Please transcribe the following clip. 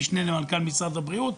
המשנה למנכ"ל משרד הבריאות,